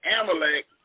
Amalek